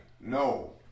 No